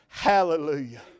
Hallelujah